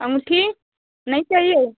अंगूठी नहीं चाहिए